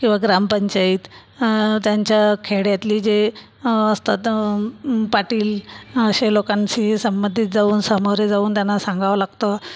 किंवा ग्रामपंचायत त्यांच्या खेड्यातली जे असतात पाटील असे लोकांशी संबंधित जाऊन समोरे जाऊन त्यांना सांगावं लागतं